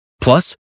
Plus